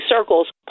circles